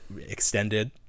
extended